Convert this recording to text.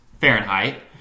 Fahrenheit